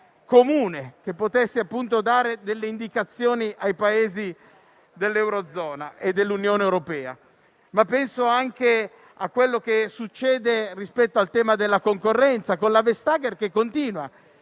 comune che potessero dare delle indicazioni ai Paesi dell'Eurozona e dell'Unione europea. Penso anche a quanto succede rispetto al tema della concorrenza. Non ho capito che fine